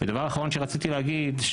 דבר אחרון שרציתי להגיד,